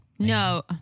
No